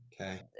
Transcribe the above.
okay